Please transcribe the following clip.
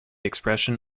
expression